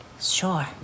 Sure